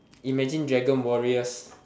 imagine dragon warriors